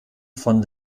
von